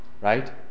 right